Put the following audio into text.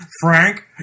Frank